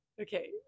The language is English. okay